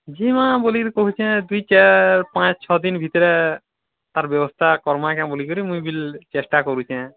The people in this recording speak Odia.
ଯିମା ବୋଲିକିରି କୋହୁଛେଁ ଦୁଇ ଚାର୍ ପାଞ୍ଚ ଛଅଦିନ୍ ଭିତରେ ତା'ର୍ ବ୍ୟବସ୍ଥା କର୍ମା କେଁ ବୋଲି କିରି ମୁଇଁ ବିଲ୍ ଚେଷ୍ଟା କରୁଚେଁ